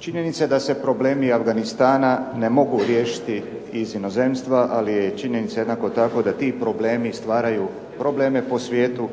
Činjenica je da se problemi Afganistana ne mogu riješiti iz inozemstva, ali je činjenica jednako tako da ti problemi stvaraju probleme po svijetu,